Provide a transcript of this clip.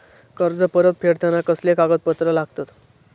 कर्ज परत फेडताना कसले कागदपत्र लागतत?